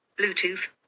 Bluetooth